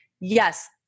Yes